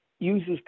uses